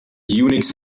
unix